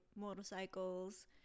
motorcycles